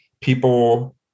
people